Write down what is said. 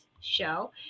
show